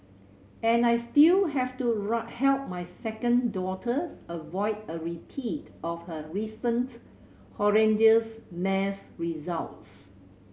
and I still have to right help my second daughter avoid a repeat of her recent horrendous maths results